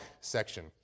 section